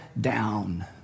down